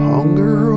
Hunger